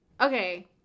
Okay